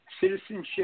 citizenship –